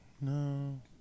No